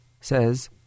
says